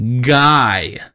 guy